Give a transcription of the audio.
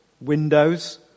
windows